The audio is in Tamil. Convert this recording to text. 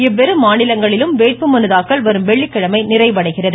இவ்விரு மாநிலங்களிலும் வேட்புமனு தாக்கல் வரும் வெள்ளிக்கிழமை நிறைவடைகிறது